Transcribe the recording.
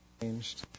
changed